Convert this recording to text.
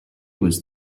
was